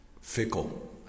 fickle